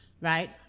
Right